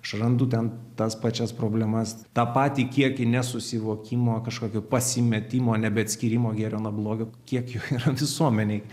aš randu ten tas pačias problemas tą patį kiekį nesusivokimo kažkokio pasimetimo nebe atskyrimo gėrio nuo blogio kiek jo yra visuomenėj